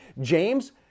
James